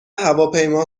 هواپیما